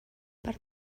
per